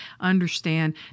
understand